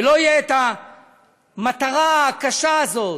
ולא תהיה המטרה הקשה הזאת,